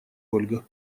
ольга